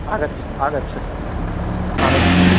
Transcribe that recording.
आगच्छतु आगच्छत् आगच्छतु